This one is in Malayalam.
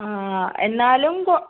ആ എന്നാലും കോ